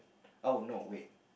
oh no wait